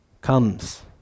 comes